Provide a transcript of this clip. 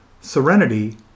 serenity